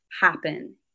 happen